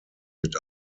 mit